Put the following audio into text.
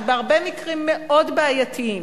שבהרבה מקרים מאוד בעייתיים